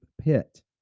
pit